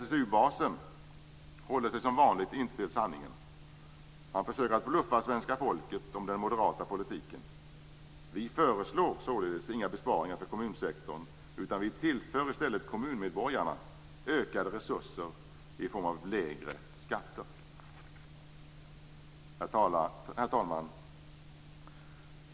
SSU-basen håller sig som vanligt inte till sanningen. Han försöker att bluffa svenska folket när han talar om den moderata politiken. Vi föreslår således inga besparingar för kommunsektorn, utan vi tillför i stället kommunmedborgarna ökade resurser i form av lägre skatter. Herr talman!